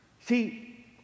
see